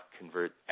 convert